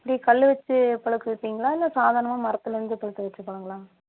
எப்படி கல் வெச்சு பழுக்க வைப்பிங்களா இல்லை சாதாரணமாக மரத்தில் இருந்து பழுக்க வைச்ச பழங்களா